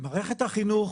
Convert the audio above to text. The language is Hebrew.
מערכת החינוך